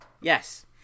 Yes